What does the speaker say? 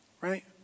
right